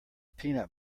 peanut